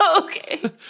Okay